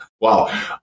wow